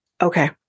okay